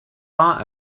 bar